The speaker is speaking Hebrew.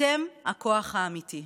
אתם הכוח האמיתי.